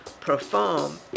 perform